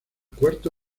cuarto